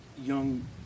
young